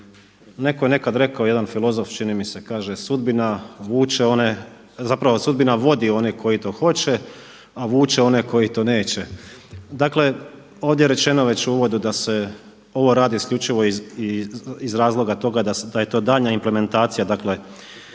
Neko je nekada rekao jedan filozof čini mi se kaže, sudbina vuče one zapravo sudbina vodi one koji to hoće, a vuče one koji to neće. Dakle, ovdje je rečeno već u uvodu da se ovo radi isključivo iz razloga toga da je to daljnja implementacija, dakle